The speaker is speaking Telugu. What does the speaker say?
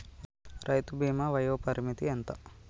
రైతు బీమా వయోపరిమితి ఎంత?